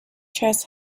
chess